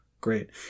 Great